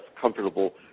comfortable